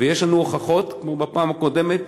ויש לנו הוכחות, כמו בפעם הקודמת.